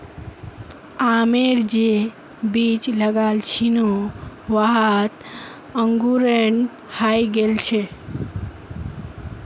आमेर जे बीज लगाल छिनु वहात अंकुरण हइ गेल छ